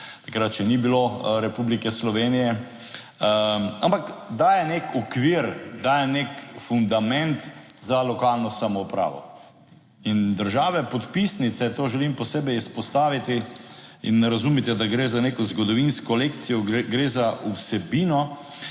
takrat še ni bilo Republike Slovenije, ampak daje nek okvir, daje nek fundament za lokalno samoupravo in države podpisnice, to želim posebej izpostaviti in razumite, da gre za neko zgodovinsko lekcijo, gre za vsebino;